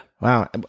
Wow